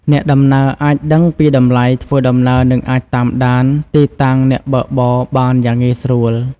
អ្នកដំណើរអាចដឹងពីតម្លៃធ្វើដំណើរនិងអាចតាមដានទីតាំងអ្នកបើកបរបានយ៉ាងងាយស្រួល។